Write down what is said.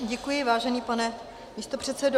Děkuji, vážený pane místopředsedo.